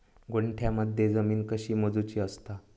गुंठयामध्ये जमीन कशी मोजूची असता?